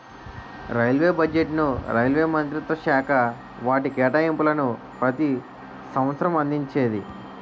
railway బడ్జెట్ను railway మంత్రిత్వశాఖ వాటి కేటాయింపులను ప్రతి సంవసరం అందించేది